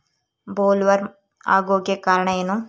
Bollworm ಆಗೋಕೆ ಕಾರಣ ಏನು?